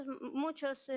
muchos